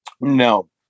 No